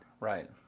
Right